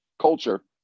culture